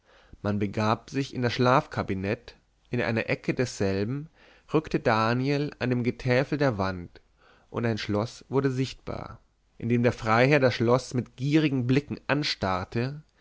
man begab sich in das schlafkabinett in einer ecke desselben rückte daniel an dem getäfel der wand und ein schloß wurde sichtbar indem der freiherr das schloß mit gierigen blicken anstarrte